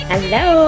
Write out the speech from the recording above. Hello